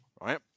right